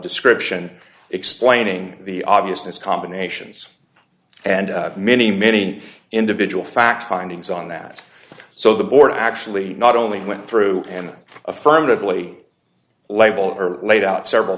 description explaining the obviousness combinations and many many individual fact findings on that so the board actually not only went through and affirmatively label or laid out several